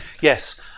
Yes